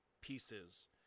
pieces